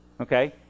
Okay